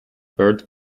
bird